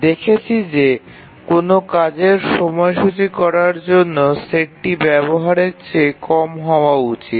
দেখেছি যে কোনও কাজের সময়সূচী করার জন্য সেটটি ব্যবহারের চেয়ে কম হওয়া উচিত